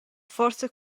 forsa